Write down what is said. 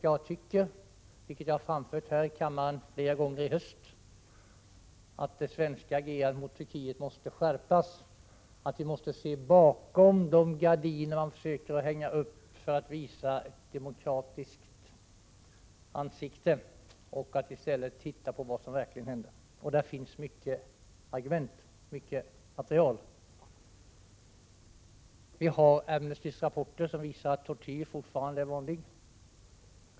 Jag tycker, vilket jag har framfört här i kammaren flera gånger i höst, att det svenska agerandet mot Turkiet måste skärpas och att vi måste se bakom de gardiner som man försöker hänga upp för att visa ett demokratiskt ansikte. Vi bör i stället se på vad som verkligen händer, och där finns mycket material. Vi har Amnestys rapporter, som visar att tortyr fortfarande är vanlig.